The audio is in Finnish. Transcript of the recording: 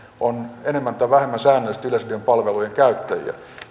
on enemmän tai vähemmän säännöllisesti yleisradion palvelujen käyttäjiä